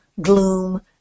gloom